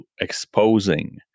exposing